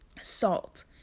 salt